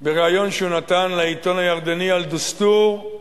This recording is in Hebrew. בריאיון לעיתון הירדני "אל-דסתור"